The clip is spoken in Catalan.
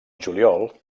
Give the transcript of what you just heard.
juliol